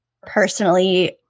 personally